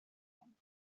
him